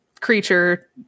creature